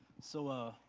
so,